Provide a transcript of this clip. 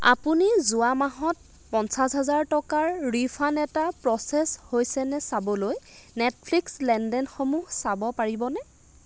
আপুনি যোৱা মাহত পঞ্চাছ হেজাৰ টকাৰ ৰিফাণ্ড এটা প্ৰ'চেছ হৈছে নে চাবলৈ নেটফ্লিক্স লেনদেনসমূহ চাব পাৰিবনে